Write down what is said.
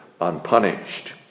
unpunished